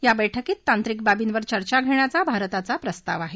या बैठकीत तांत्रिक बाबींवर चर्चा घेण्याचा भारताचा प्रस्ताव आहे